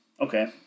okay